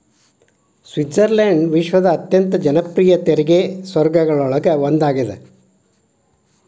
Switzerland ವಿಶ್ವದ ಅತ್ಯಂತ ಜನಪ್ರಿಯ ತೆರಿಗೆ ಸ್ವರ್ಗಗಳೊಳಗ ಒಂದಾಗ್ಯದ